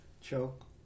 choke